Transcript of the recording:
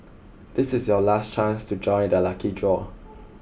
this is your last chance to join the lucky draw